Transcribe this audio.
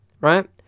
Right